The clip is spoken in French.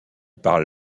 parle